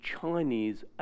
Chinese